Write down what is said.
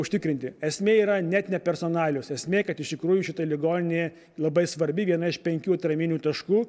užtikrinti esmė yra net ne personalijos esmė kad iš tikrųjų šita ligoninė labai svarbi viena iš penkių atraminių taškų